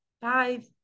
five